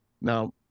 Now